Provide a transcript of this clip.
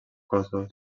cossos